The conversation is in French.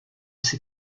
ses